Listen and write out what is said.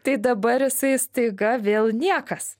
tai dabar jisai staiga vėl niekas